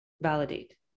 validate